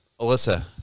Alyssa